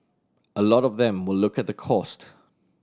a lot of them will look at the cost